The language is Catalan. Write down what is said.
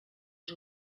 els